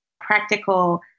practical